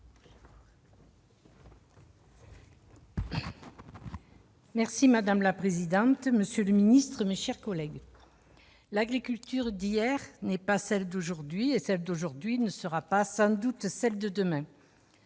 Madame la présidente, monsieur le ministre, mes chers collègues, l'agriculture d'hier n'est pas celle d'aujourd'hui, et celle d'aujourd'hui ne sera sans doute pas celle de demain.